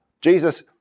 Jesus